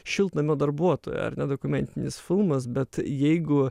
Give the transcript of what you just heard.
šiltnamio darbuotoją ar ne dokumentinis filmas bet jeigu